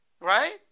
Right